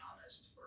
honest